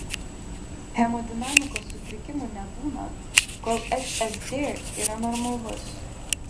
hemodinamikos sutrikimų nebūna kol šsd yra normalus